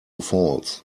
faults